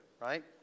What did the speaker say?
right